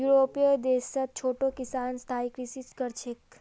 यूरोपीय देशत छोटो किसानो स्थायी कृषि कर छेक